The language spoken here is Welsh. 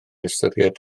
ystyried